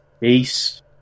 Peace